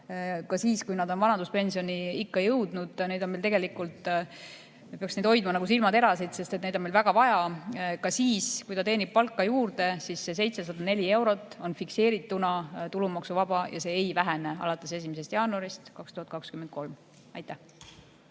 ka siis, kui nad on vanaduspensioniikka jõudnud, on meil tegelikult [vaja], me peaks neid hoidma nagu silmaterasid. Neid on meil väga vaja. Ka siis, kui nad teenivad palka juurde, on see 704 eurot fikseerituna tulumaksuvaba. See ei vähene alates 1. jaanuarist 2023. Aitäh,